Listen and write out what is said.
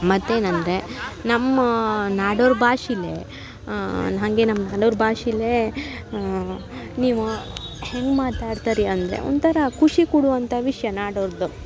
ಮತ್ತೇನು ಅಂದರೆ ನಮ್ಮ ನಾಡೋರ ಭಾಷೆಲ್ಲೇ ಹಾಗೆ ನಮ್ಮ ಹಲೋರ ಭಾಷೆಲೇ ನೀವು ಹೆಂಗೆ ಮಾತಾಡ್ತೀರಿ ಅಂದರೆ ಒಂಥರ ಖುಷಿ ಕೊಡುವಂಥ ವಿಷಯ ನಾಡೋರದ್ದು